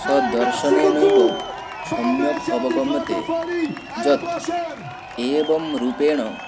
स दर्शनेनैव सम्यक् अवगम्यते यत् एवं रूपेण